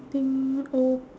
~ting o~